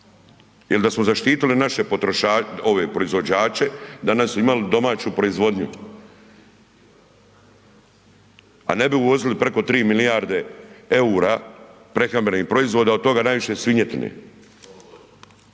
jel da smo zaštitili naše potrošače ove proizvođače danas bi imali domaću proizvodnju, a ne bi uvozili preko 3 milijarde EUR-a prehrambenih proizvoda, od toga najviše svinjetine